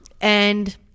and-